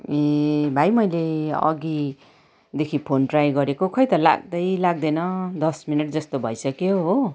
ए भाइ मैले अघिदेखि फोन ट्राई गरेको खोई त लाग्दै लाग्दैन दस मिनट जस्तो भइसक्यो हो